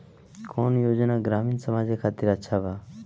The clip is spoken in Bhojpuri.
कौन योजना ग्रामीण समाज के खातिर अच्छा बा?